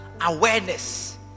awareness